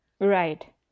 right